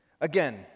Again